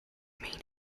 mean